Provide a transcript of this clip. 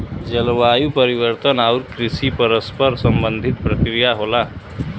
जलवायु परिवर्तन आउर कृषि परस्पर संबंधित प्रक्रिया होला